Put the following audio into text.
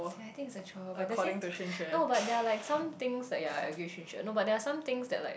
ya I think it's the child but at the same no but there are like some things that ya I agree with you should no but there are some things that like